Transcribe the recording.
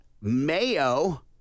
mayo